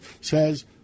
says –